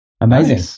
Amazing